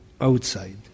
outside